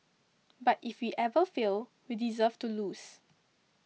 but if we ever fail we deserve to lose